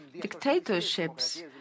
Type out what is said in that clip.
dictatorships